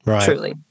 truly